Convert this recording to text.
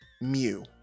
Mew